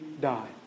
die